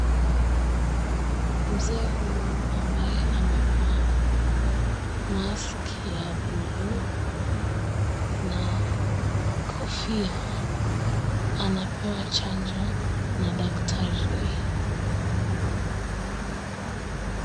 Mzee huyu ambaye amevaa mask ya buluu na kofia anapewa chanjo na daktari.